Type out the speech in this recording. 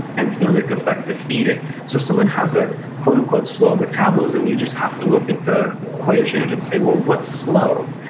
and thermic effect of feeding. so someone has a quote unquote slow metabolism, you just have to look at the equation and say, well, what's slow?